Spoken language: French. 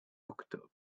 octobre